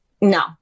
No